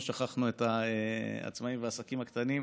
לא שכחנו את העצמאים ואת העסקים הקטנים.